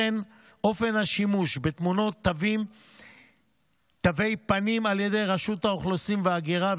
אופן השימוש בתמונות תווי פנים על ידי רשות האוכלוסין וההגירה,